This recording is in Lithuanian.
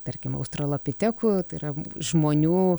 tarkim australopitekų tai yram žmonių